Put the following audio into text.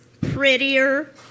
prettier